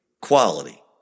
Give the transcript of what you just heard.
quality